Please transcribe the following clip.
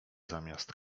zamiast